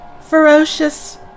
Ferocious